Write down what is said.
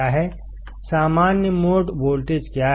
सामान्य mode voltage क्या है